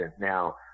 Now